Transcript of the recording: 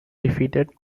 defeated